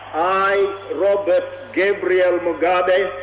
i robert gabriel mugabe